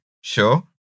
sure